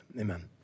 Amen